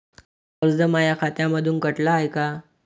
कर्ज माया खात्यामंधून कटलं हाय का?